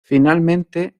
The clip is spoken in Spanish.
finalmente